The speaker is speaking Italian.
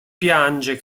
piange